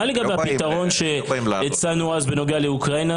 מה לגבי הפתרון שהצענו אז בנוגע לאוקראינה,